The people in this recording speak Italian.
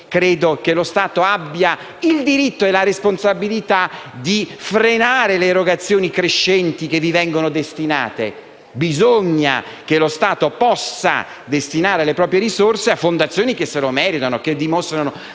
credo che lo Stato avesse il diritto e la responsabilità di frenare le erogazioni crescenti loro destinate. Bisogna che lo Stato possa destinare le proprie risorse a fondazioni che se lo meritano e che dimostrano